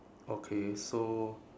okay so